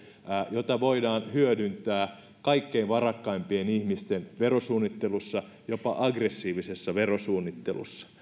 jota voidaan hyödyntää kaikkein varakkaimpien ihmisten verosuunnittelussa jopa aggressiivisessa verosuunnittelussa